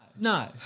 no